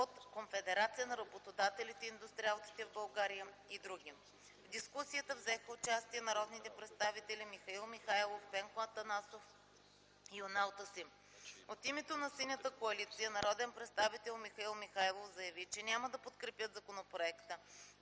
от Конфедерация на работодателите и индустриалците в България и др. В дискусията взеха участие народните представители Михаил Михайлов, Пенко Атанасов и Юнал Тасим. От името на Синята коалиция народният представител Михаил Михайлов заяви, че няма да подкрепят законопроекта